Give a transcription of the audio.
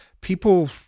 people